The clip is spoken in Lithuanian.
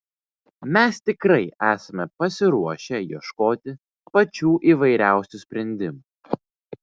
mes tikrai esame pasiruošę ieškoti pačių įvairiausių sprendimų